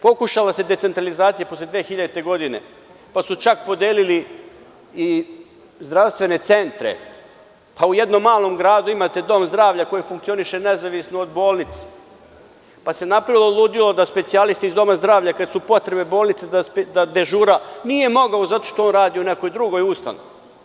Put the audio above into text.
Pokušala se decentralizacija posle 2000. godine, pa su čak podelili i zdravstvene centre, pa u jednom malom gradu imate dom zdravlja koji funkcioniše nezavisno od bolnice, pa se napravilo ludilo da specijalisti iz doma zdravlja kada su potrebni bolnici za dežurstvo, nisu mogli zato što su radili u nekoj drugoj ustanovi.